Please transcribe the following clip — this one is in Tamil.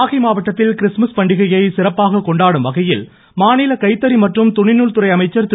நாகை மாவட்டத்தில் கிறிஸ்துமஸ் பண்டிகையை சிறப்பாக கொண்டாடும் வகையில் மாநில கைத்தறி மற்றும் துணிநூல்துறை அமைச்சர் திரு